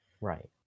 Right